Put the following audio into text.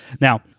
Now